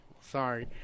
sorry